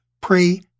pray